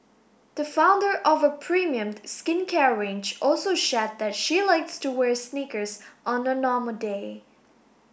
the founder of a premium skincare range also shared that she likes to wear sneakers on a normal day